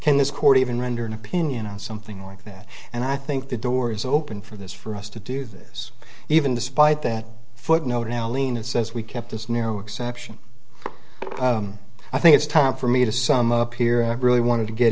this court even render an opinion on something like that and i think the door is open for this for us to do this even despite that footnote allina says we kept this narrow exception i think it's time for me to sum up here i really want to get